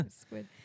Squid